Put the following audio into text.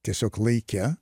tiesiog laike